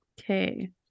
okay